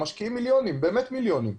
משקיעים באמת מיליונים.